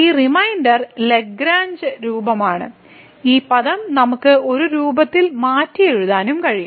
ഈ reminder Lagrange രൂപമാണ് ഈ പദം നമുക്ക് ഈ രൂപത്തിൽ മാറ്റിയെഴുതാനും കഴിയും